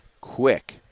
quick